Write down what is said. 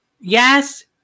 yes